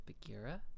Bagheera